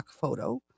Photo